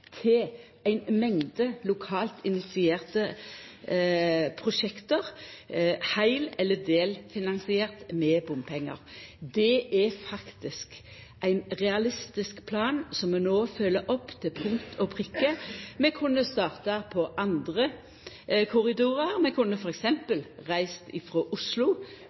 til ei mengd lokalt initierte prosjekt, heil- eller delfinansierte med bompengar. Det er faktisk ein realistisk plan som vi no følgjer opp til punkt og prikke. Vi kunne starta på andre korridorar. Vi kunne f.eks. reist frå Oslo